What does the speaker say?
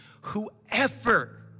Whoever